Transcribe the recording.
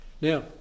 now